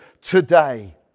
today